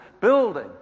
building